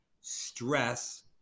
stress